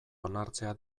onartzea